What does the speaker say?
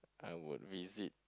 I would visit